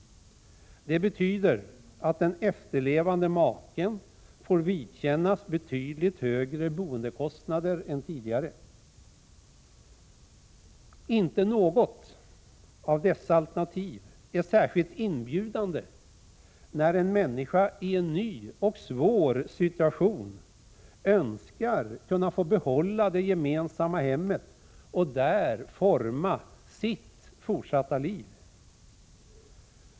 Det betyder att den efterlevande maken får vidkännas betydligt högre boendekostnader än tidigare. Inte något av dessa alternativ är särskilt inbjudande, när en människa i en ny och svår situation önskar behålla det gemensamma hemmet och där forma sitt fortsatta liv.